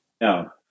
No